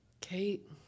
Kate